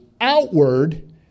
outward